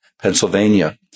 Pennsylvania